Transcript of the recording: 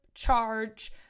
charge